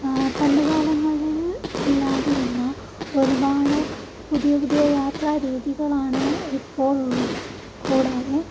പണ്ടുകാലങ്ങളിൽ ഇല്ലാതിരുന്ന ഒരുപാട് പുതിയ പുതിയ യാത്രാ രീതികളാണ് ഇപ്പോഴുള്ളത് കൂടാതെ